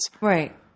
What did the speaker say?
Right